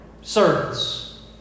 servants